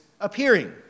appearing